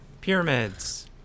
Pyramids